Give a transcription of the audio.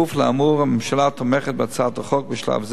בכפוף לאמור הממשלה תמכת בהצעת החוק בשלב הזה,